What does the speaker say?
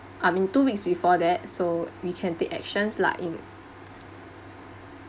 I mean two weeks before that so we can take actions lah in